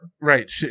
right